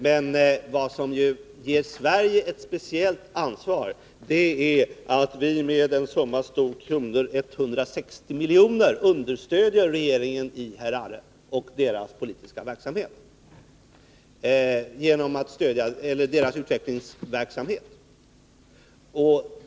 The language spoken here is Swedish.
Men vad som ju ger Sverige ett speciellt ansvar är att vi med en summa av 160 milj.kr. understöder regeringen i Harare och dess utvecklingsverksamhet.